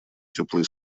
теплые